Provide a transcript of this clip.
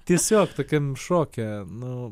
tiesiog tokiam šoke nu